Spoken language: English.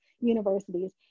universities